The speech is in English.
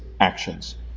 actions